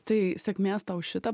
tai sėkmės tau šitą